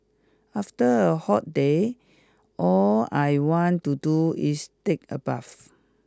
after a hot day all I want to do is take a bath